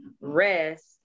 rest